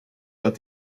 but